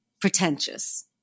pretentious